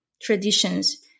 traditions